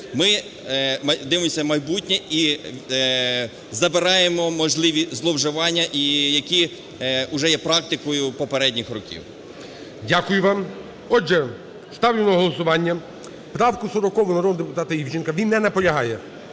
Ми дивимося в майбутнє і забираємо можливі зловживання, і які уже є практикою попередніх років. ГОЛОВУЮЧИЙ. Дякую вам. Отже, ставлю на голосування правку 40 народного депутата Івченка, він не наполягає.